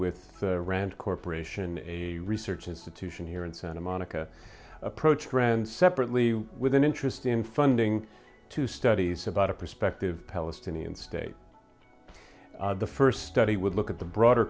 with the rand corporation a research institution here in santa monica approached friends separately with an interest in funding to studies about a prospective palestinian state the first study would look at the broader